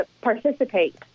participate